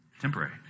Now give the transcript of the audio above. Temporary